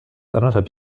anderthalb